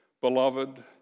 beloved